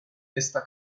esta